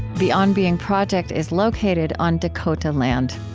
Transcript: the on being project is located on dakota land.